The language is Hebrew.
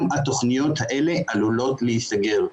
גם התכניות האלה עלולות להסגר.